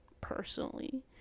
personally